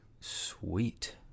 sweet